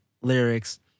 lyrics